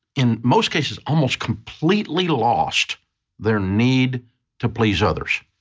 in most cases, almost completely lost their need to please others,